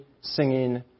singing